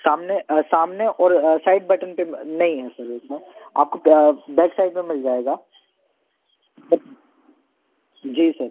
सामने सामने और साइड बटन पर नहीं है सर उसमें आपको बैक साइड में मिल जाएगा जी सर